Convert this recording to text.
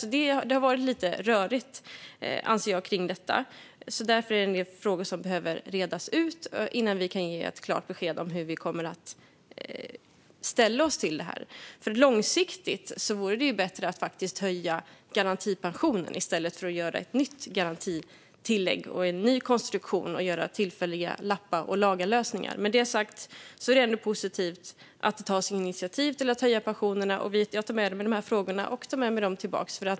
Det har alltså varit lite rörigt, anser jag, kring detta. Därför är det en del frågor som behöver redas ut innan vi kan ge ett klart besked om hur vi kommer att ställa oss till det här. Långsiktigt vore det bättre att faktiskt höja garantipensionen i stället för att göra ett nytt garantitillägg, en ny konstruktion och tillfälliga lappa-och-laga-lösningar. Med det sagt är det ändå positivt att det tas initiativ till att höja pensionerna, och jag tar med mig de här frågorna tillbaka.